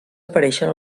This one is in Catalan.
apareixen